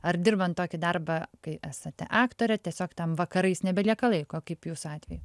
ar dirbant tokį darbą kai esate aktorė tiesiog tam vakarais nebelieka laiko kaip jūsų atveju